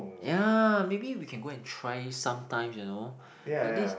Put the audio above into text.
ya maybe we can go and try sometimes you know like this